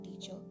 teacher